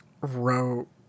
wrote